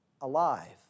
alive